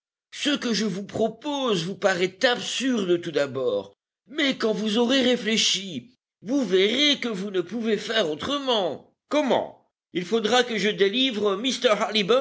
ce que je vous propose vous paraît absurde tout d'abord mais quand vous aurez réfléchi vous verrez que vous ne pouvez faire autrement comment il faudra que je délivre